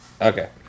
Okay